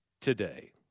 today